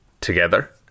together